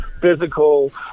physical